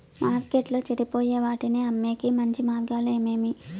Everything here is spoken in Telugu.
మార్కెట్టులో చెడిపోయే వాటిని అమ్మేకి మంచి మార్గాలు ఏమేమి